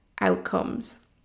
outcomes